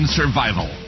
survival